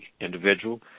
individual